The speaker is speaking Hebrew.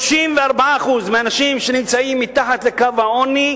34% מהאנשים שנמצאים מתחת לקו העוני,